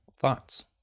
thoughts